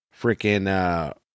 freaking